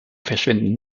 verschwinden